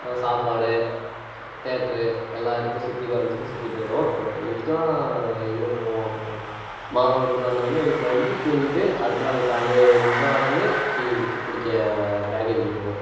சாப்பாடு தியேட்ரு எல்லா இடத்தையும் சுற்றி காமிச்சுட்டு சுற்றிட்டு வருவோம் அப்புறம் முக்கியமாக எங்கே போவோம் அப்புறம் மாலைவிட்டு வந்தோன்னே வீட்டில் வந்து தூங்கிட்டு அடுத்த நாள் காலையில் எழுந்த உடனே டீ இது குடிக்க பேக்கிரிக்கு போவோம்